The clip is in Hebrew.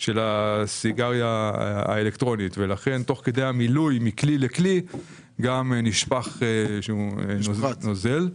של הסיגריה האלקטרונית ותוך כדי המילוי נשפך הנוזל.